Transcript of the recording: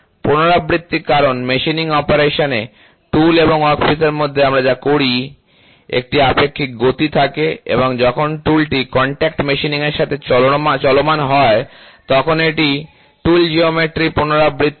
পুনরাবৃত্তি কারণ মেশিনিং অপারেশনে টুল এবং ওয়ার্কপিসের মধ্যে আমরা যা করি একটি আপেক্ষিক গতি থাকে এবং যখন টুলটি কন্টাক্ট মেশিনিং এর সাথে চলমান হয় তখন এটি টুল জিওমেট্রি পুনরাবৃত্তি করে